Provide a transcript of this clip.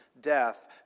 death